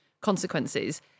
consequences